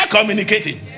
communicating